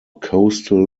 coastal